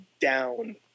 down